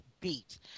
beat